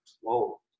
Whoa